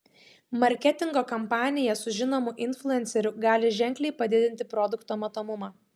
marketingo kampanija su žinomu influenceriu gali ženkliai padidinti produkto matomumą